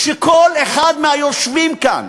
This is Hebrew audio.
כשכל אחד מהיושבים כאן